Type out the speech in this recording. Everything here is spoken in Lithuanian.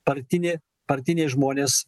partinė partiniai žmonės